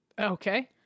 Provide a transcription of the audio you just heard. Okay